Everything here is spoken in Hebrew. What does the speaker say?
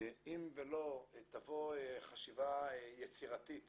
אם לא תבוא חשיבה יצירתית